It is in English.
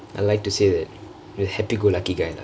I like to say that I'm a happy go lucky guy lah